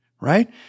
right